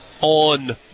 on